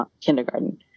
kindergarten